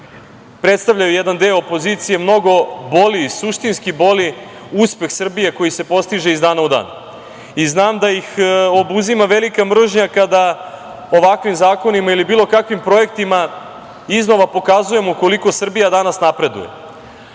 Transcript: predstavljaju jedan deo opozicije mnogo boli i suštinski boli uspeh Srbije koji se postiže iz dana u dan i znam da ih obuzima velika mržnja kada o ovakvim zakonima ili bilo kakvim projektima iznova pokazujemo koliko Srbija danas napreduje,